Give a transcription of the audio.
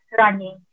running